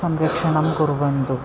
संरक्षणं कुर्वन्तु